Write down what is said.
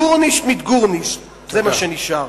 גורנישט מיט גורנישט, זה מה שנשאר.